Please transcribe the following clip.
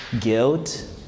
Guilt